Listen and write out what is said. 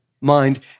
mind